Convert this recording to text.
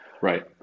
right